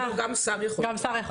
גם שר יכול.